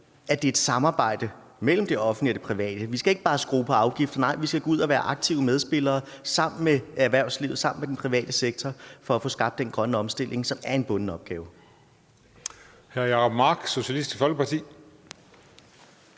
at det er et samarbejde mellem det offentlige og det private. Vi skal ikke bare skrue på afgifterne, nej, vi skal gå ud og være aktive medspillere sammen med erhvervslivet og med den private sektor for at få skabt den grønne omstilling, hvilket er en bunden opgave.